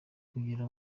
kugeza